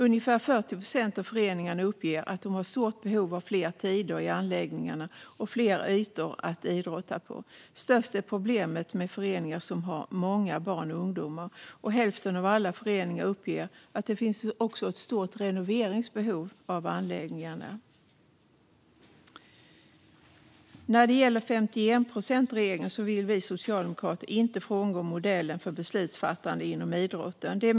Ungefär 40 procent av föreningarna uppger att de har stort behov av fler tider i anläggningarna och fler ytor att idrotta på. Störst är problemet i föreningar med många barn och ungdomar. Hälften av alla föreningarna uppger att det också finns ett stort behov av renovering av anläggningarna. När det gäller 51-procentsregeln vill vi socialdemokrater inte frångå modellen för beslutsfattande inom idrotten.